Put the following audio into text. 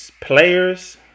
players